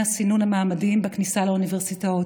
הסינון המעמדיים בכניסה לאוניברסיטאות,